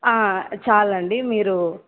చాలు అండి మీరు